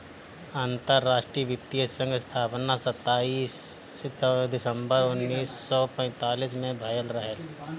अंतरराष्ट्रीय वित्तीय संघ स्थापना सताईस दिसंबर उन्नीस सौ पैतालीस में भयल रहे